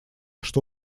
что